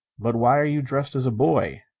but why are you dressed as a boy?